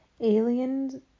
Alien